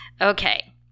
Okay